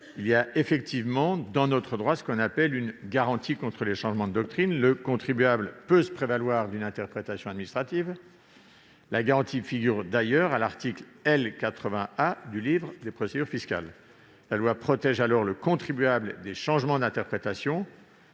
Il y a effectivement dans notre droit ce que l'on appelle une garantie contre les changements de doctrine, laquelle permet au contribuable de se prévaloir d'une interprétation administrative. La garantie figure d'ailleurs à l'article L. 80 A du livre des procédures fiscales. La loi protège alors le contribuable des changements d'interprétation